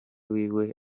wiwe